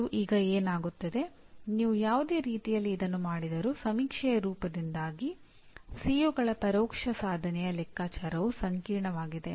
ಮತ್ತು ಈಗ ಏನಾಗುತ್ತದೆ ನೀವು ಯಾವುದೇ ರೀತಿಯಲ್ಲಿ ಇದನ್ನು ಮಾಡಿದರೂ ಸಮೀಕ್ಷೆಯ ರೂಪದಿಂದಾಗಿ ಸಿಒಗಳ ಪರೋಕ್ಷ ಸಾಧನೆಯ ಲೆಕ್ಕಾಚಾರವು ಸಂಕೀರ್ಣವಾಗಿದೆ